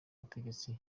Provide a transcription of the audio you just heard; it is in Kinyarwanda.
butegetsi